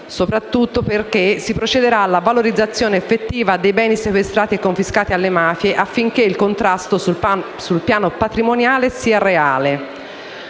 soprattutto perché si procederà alla valorizzazione effettiva dei beni sequestrati e confiscati alle mafie, affinché il contrasto sul piano patrimoniale sia reale.